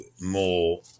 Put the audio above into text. more